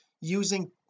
using